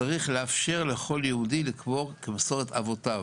שצריך לאפשר לכל יהודי לקבור כמסורת אבותיו.